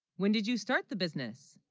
when did you start the business